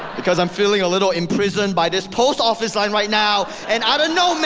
because i'm feeling a little imprisoned by this post office line right now. and i don't know,